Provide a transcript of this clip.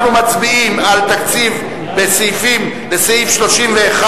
אנחנו מצביעים על תקציב בסעיף 31,